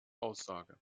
aussage